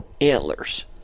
antlers